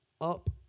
up